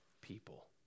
people